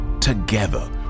Together